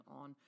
on